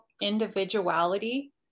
individuality